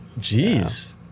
Jeez